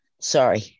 Sorry